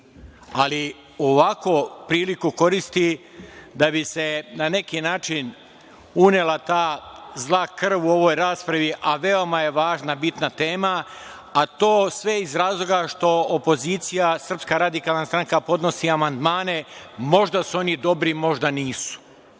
priliku koristi da bi se na neki način unela ta zla krv u ovoj raspravi, a veoma je važna, bitna tema, a to sve iz razloga što opozicija, SRS, podnosi amandmane, možda su oni dobri, možda nisu,